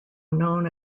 known